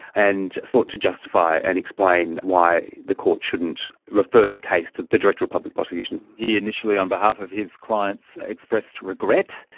and sought to justify and explain why the courts shouldn't refer the case to the director of public prosecutions. he initially on behalf of his clients expressed regret.